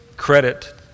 credit